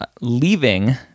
leaving